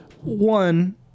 One